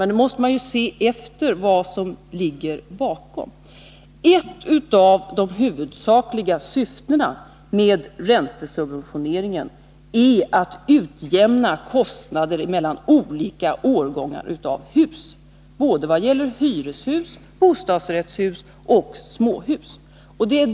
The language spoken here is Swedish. Men det gäller att ta reda på de bakomliggande orsakerna till rådande situation på detta område. Ett av de huvudsakliga syftena med räntesubventioneringen är att utjämna kostnader mellan olika årgångar av hus. Det gäller både hyreshus, bostadsrättshus och småhus.